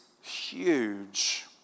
huge